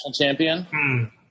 champion